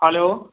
hello